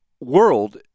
world